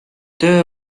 töö